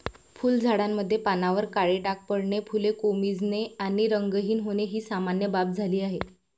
फुलझाडांमध्ये पानांवर काळे डाग पडणे, फुले कोमेजणे आणि रंगहीन होणे ही सामान्य बाब झाली आहे